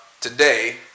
Today